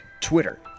Twitter